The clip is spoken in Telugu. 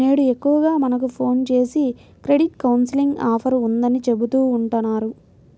నేడు ఎక్కువగా మనకు ఫోన్ జేసి క్రెడిట్ కౌన్సిలింగ్ ఆఫర్ ఉందని చెబుతా ఉంటన్నారు